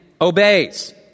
obeys